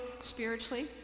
spiritually